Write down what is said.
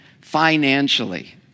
financially